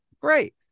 great